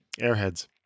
Airheads